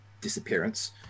disappearance